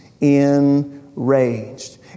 enraged